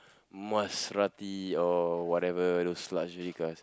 Maserati or whatever those luxury cars